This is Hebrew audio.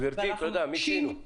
גברתי, תודה, מיצינו.